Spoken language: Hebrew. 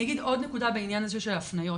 אני אגיד עוד נקודה בעניין הזה של הפניות.